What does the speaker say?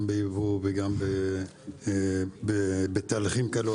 גם בייבוא וגם בתהליכים כאלו,